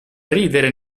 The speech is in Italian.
ridere